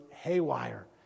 haywire